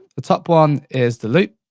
the top one is the loop,